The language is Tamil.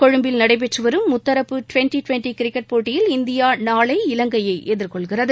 கொழும்பில் நடைபெற்று வரும் முத்தரப்பு டிவெண்டி டிவெண்டி கிரிக்கெட் போட்டியில் இந்தியா நாளை இலங்கையை எதிர்கொள்கிறது